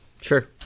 Sure